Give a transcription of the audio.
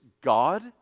God